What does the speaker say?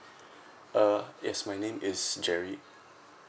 uh yes my name is jerry